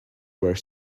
were